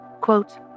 Quote